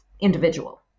individual